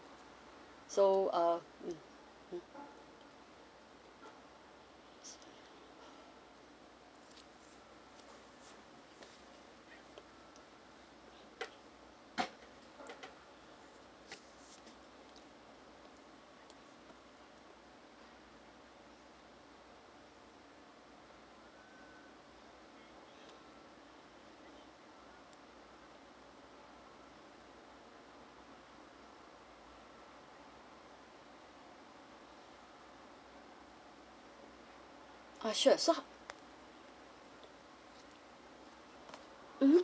so uh mm mm oh sure so mmhmm